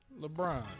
LeBron